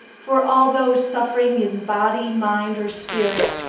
for all those suffering in body, mind, or spirit,